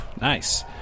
nice